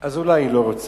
אז אולי היא לא רוצה,